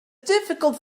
difficult